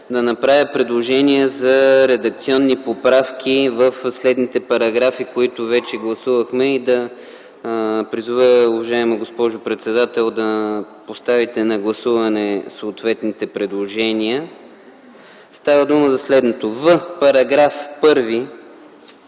да направя предложения за редакционни поправки в следните параграфи, които вече гласувахме, и да призова, уважаема госпожо председател, да поставите на гласуване съответните предложения. Става дума за § 1 по